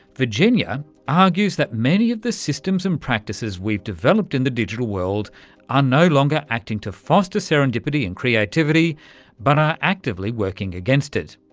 virginia argues that many of the systems and practices we've developed in the digital world are no longer acting to foster serendipity and creativity but are actively working against it.